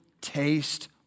taste